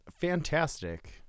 Fantastic